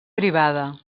privada